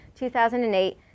2008